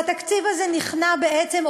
והתקציב הזה נכנע בעצם,